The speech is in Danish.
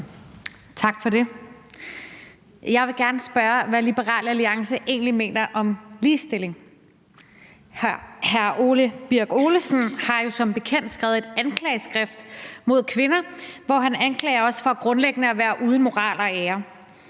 Tak for det. Jeg vil gerne spørge, hvad Liberal Alliance egentlig mener om ligestilling. Hr. Ole Birk Olesen har jo som bekendt skrevet et anklageskrift mod kvinder, hvor han anklager os for grundlæggende at være uden moral og ære.